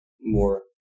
more